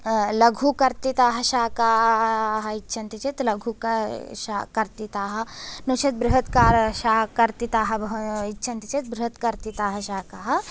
लघुकर्तिताः शाकाः इच्छन्ति चेत् लघुकर् शा कर्तिताः नोचेत् बृहत्कार् शा कर्तिताः भव् इच्छन्ति चेत् बृहत्कर्तिताः शाकाः